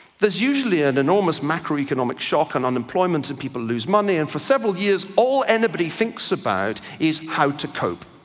there's usually an enormous macroeconomic shock and unemployment and people lose money and for several years all anybody thinks about is how to cope.